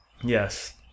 Yes